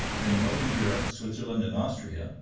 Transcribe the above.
then northern europe, switzerland, and austria,